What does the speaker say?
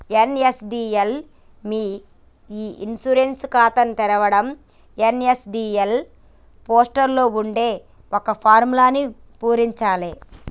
NSDL మీ e insurance ఖాతాని తెరవడం ఎన్.ఎస్.డి.ఎల్ పోర్టల్ లో ఉండే ఒక ఫారమ్ను పూరించాలే